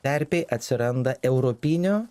terpėj atsiranda europinio